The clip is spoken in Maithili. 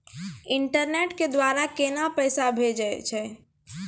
इंटरनेट के द्वारा केना पैसा भेजय छै?